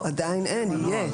עדיין אין; יהיה.